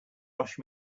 rush